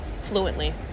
fluently